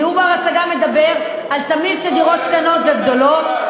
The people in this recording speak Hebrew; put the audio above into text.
דיור בר-השגה מדבר על תמהיל של דירות קטנות וגדולות,